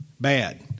Bad